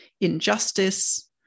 injustice